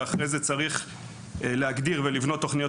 אחרי זה צריך להגדיר ולבנות תוכניות